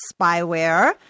spyware